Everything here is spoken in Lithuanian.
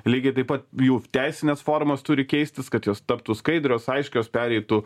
lygiai taip pat jų teisinės formos turi keistis kad jos taptų skaidrios aiškios pereitų